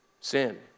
Sin